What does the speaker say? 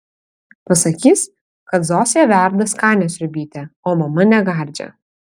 pasakys kad zosė verda skanią sriubytę o mama negardžią